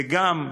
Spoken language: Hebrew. וגם,